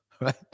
right